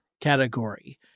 category